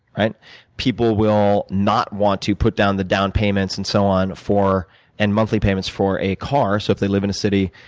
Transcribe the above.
people will not want to put down the down payments and so on for and monthly payments for a car. so if they live in a city,